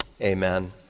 Amen